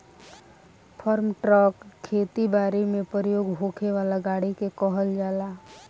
form truck खेती बारी में प्रयोग होखे वाला गाड़ी के कहल जाला